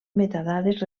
metadades